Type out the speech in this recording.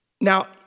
Now